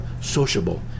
sociable